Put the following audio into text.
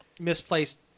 Misplaced